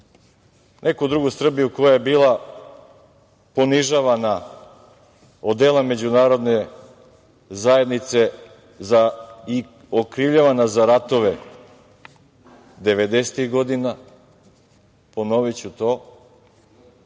neku drugu Srbiju koja je bila ponižavana od dela međunarodne zajednice i okrivljavana za ratove devedesetih godina, ponoviću to